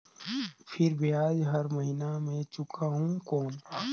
फिर ब्याज हर महीना मे चुकाहू कौन?